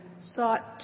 sought